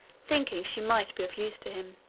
thinking she might be of use to him.